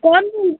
कौन बोल